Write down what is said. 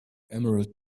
emerald